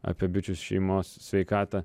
apie bičių šeimos sveikatą